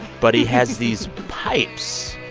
but he has these pipes.